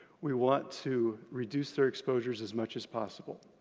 we want to reduce their exposures as much as possible.